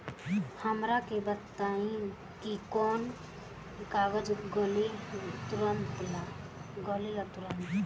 हमरा बताई कि कौन कागज लागी ऋण ला?